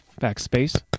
Backspace